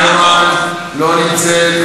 לה מפקד בליכוד.